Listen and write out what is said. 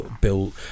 built